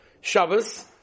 Shabbos